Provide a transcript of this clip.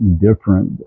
different